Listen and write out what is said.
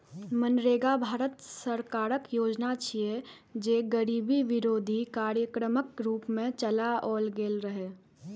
मनरेगा भारत सरकारक योजना छियै, जे गरीबी विरोधी कार्यक्रमक रूप मे चलाओल गेल रहै